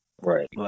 Right